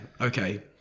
okay